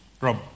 Rob